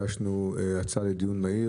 יש לנו היום סדר יום עמוס בוועדת הכלכלה,